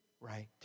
right